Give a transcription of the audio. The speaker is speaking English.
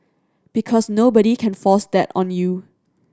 because nobody can force that on you